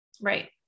Right